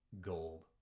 gold